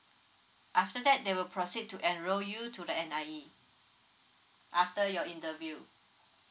after that they will proceed to enroll you to the N_I_E after your interview